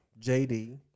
JD